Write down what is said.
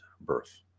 birth